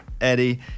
Eddie